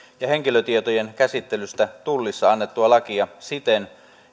ja henkilötietojen käsittelystä tullissa annettua lakia siten